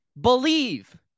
Believe